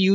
you